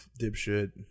dipshit